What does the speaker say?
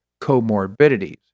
comorbidities